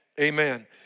Amen